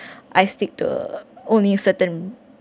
I stick to only certain